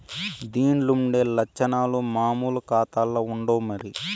దీన్లుండే లచ్చనాలు మామూలు కాతాల్ల ఉండవు మరి